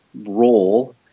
role